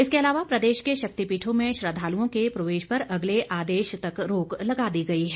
इसके अलावा प्रदेश के शक्तिपीठों में श्रद्धालुओं के प्रवेश पर अगले आदेश तक रोक लगा दी गई है